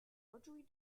largely